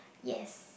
yes